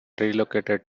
relocated